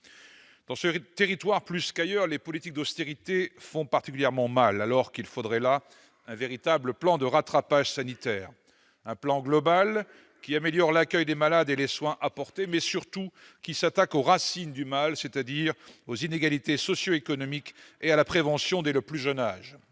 Dans ce territoire plus qu'ailleurs, les politiques d'austérité font particulièrement mal, alors qu'il faudrait là un véritable plan de rattrapage sanitaire : un plan global, qui améliore l'accueil des malades et les soins apportés, mais surtout qui s'attaque aux racines du mal, c'est-à-dire aux inégalités socio-économiques, ainsi qu'à la prévention dès le plus jeune âge.